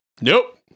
Nope